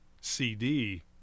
CD